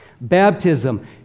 Baptism